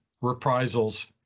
reprisals